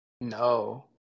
No